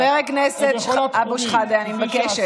חבר הכנסת אבו שחאדה, אני מבקשת.